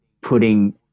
putting